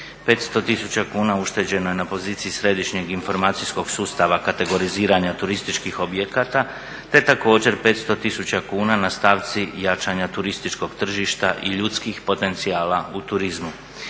500 tisuća kuna ušteđeno je na poziciji središnjeg informacijskog sustava kategoriziranja turističkih objekata, te također 500 tisuća kuna na stavci jačanja turističkog tržišta u ljudskih potencijala u turizmu.